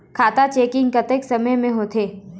खाता चेकिंग कतेक समय म होथे जाथे?